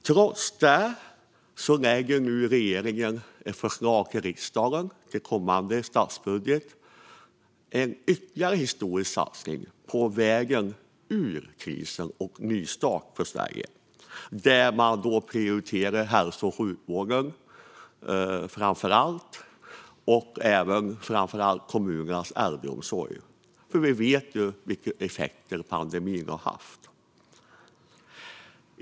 Trots det lägger regeringen nu ett förslag till riksdagen, den kommande statsbudgeten. Det innebär ytterligare en historisk satsning som en nystart för Sverige på vägen ut ur krisen. Där prioriteras framför allt hälso och sjukvården liksom kommunernas äldreomsorg. Vi vet ju vilken effekt pandemin har haft.